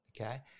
Okay